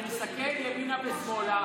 אני מסתכל ימינה ושמאלה,